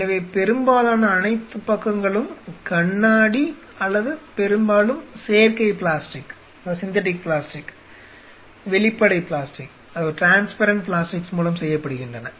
எனவே பெரும்பாலான அனைத்து பக்கங்களும் கண்ணாடி அல்லது பெரும்பாலும் செயற்கை பிளாஸ்டிக் வெளிப்படை பிளாஸ்டிக் மூலம் செய்யப்படுகின்றன